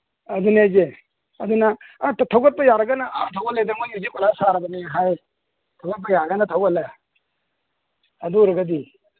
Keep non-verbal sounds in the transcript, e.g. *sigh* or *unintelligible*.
ꯑꯗꯨꯅꯦ ꯍꯥꯏꯁꯦ ꯑꯗꯨꯅ *unintelligible* ꯊꯧꯒꯠꯄ ꯌꯥꯔꯒꯅ ꯑꯥ ꯊꯧꯒꯠꯂꯦꯗꯅ ꯃꯣꯏ ꯍꯧꯖꯤꯛ ꯀꯣꯏꯂꯥꯁ ꯊꯥꯔꯕꯅꯤ ꯍꯥꯏ ꯊꯧꯒꯠꯄ ꯌꯥꯔꯒꯅ ꯊꯧꯒꯠꯂꯦ ꯑꯗꯨ ꯑꯣꯏꯔꯒꯗꯤ